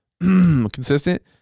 Consistent